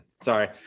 Sorry